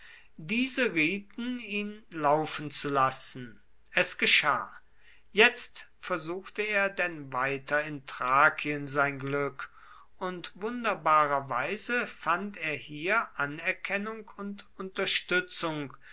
diese rieten ihn laufen zu lassen es geschah jetzt versuchte er denn weiter in thrakien sein glück und wunderbarerweise fand er hier anerkennung und unterstützung